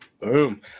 boom